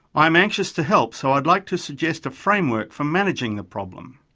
i am anxious to help, so i would like to suggest a framework for managing the problem.